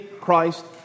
Christ